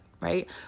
right